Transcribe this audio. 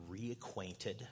reacquainted